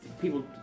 people